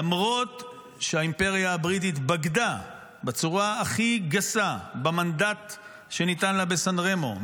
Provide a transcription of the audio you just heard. למרות שהאימפריה הבריטית בגדה בצורה הכי גסה במנדט שניתן לה בסן רמו,